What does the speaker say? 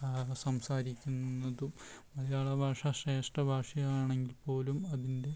സംസാരിക്കുന്നതും മലയാള ഭാഷ ശ്രേഷ്ഠ ഭാഷയാണെങ്കിൽപ്പോലും അതിൻ്റെ